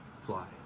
fly